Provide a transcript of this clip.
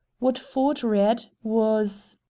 what ford read was